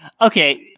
Okay